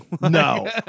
no